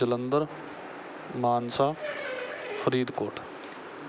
Jalandhar Mansa Faridkot